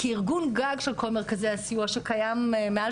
כארגון גג של כל מרכזי הסיוע שקיים מעל